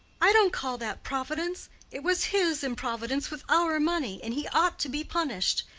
i don't call that providence it was his improvidence with our money, and he ought to be punished.